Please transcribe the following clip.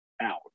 out